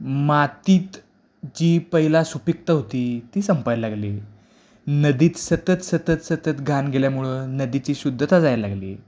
मातीत जी पहिला सुपिकता होती ती संपायला लागली नदीत सतत सतत सतत घाण गेल्यामुळं नदीची शुद्धता जायला लागली